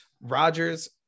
Rodgers